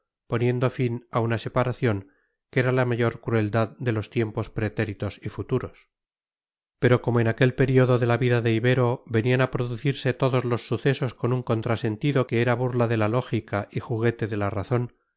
poniendo fin a una separación que era la mayor crueldad de los tiempos pretéritos y futuros pero como en aquel periodo de la vida de ibero venían a producirse todos los sucesos con un contrasentido que era burla de la lógica y juguete de la razón